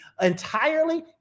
entirely